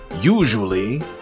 usually